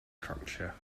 structure